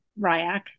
Ryak